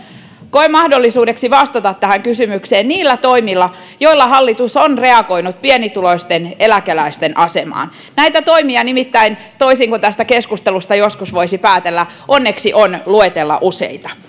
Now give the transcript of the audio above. koen mahdollisuudeksi vastata tähän kysymykseen niillä toimilla joilla hallitus on reagoinut pienituloisten eläkeläisten asemaan näitä toimia nimittäin toisin kuin tästä keskustelusta joskus voisi päätellä onneksi on luetella useita